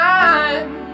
time